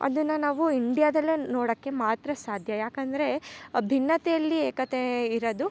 ಅದನ್ನು ನಾವು ಇಂಡಿಯಾದಲ್ಲೆ ನೋಡೋಕ್ಕೆ ಮಾತ್ರ ಸಾಧ್ಯ ಯಾಕಂದರೆ ಭಿನ್ನತೆಯಲ್ಲಿ ಏಕತೆ ಇರೋದು